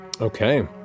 Okay